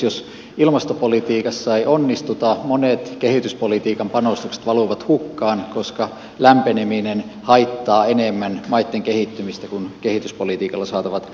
jos ilmastopolitiikassa ei onnistuta monet kehityspolitiikan panostukset valuvat hukkaan koska lämpeneminen haittaa enemmän maitten kehittymistä kuin kehityspolitiikan panoksilla saadaan aikaan